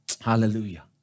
Hallelujah